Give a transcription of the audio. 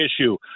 issue